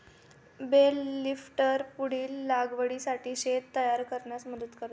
bell lifter पुढील लागवडीसाठी शेत तयार करण्यास मदत करते